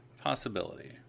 possibility